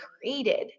created